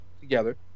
together